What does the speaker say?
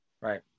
Right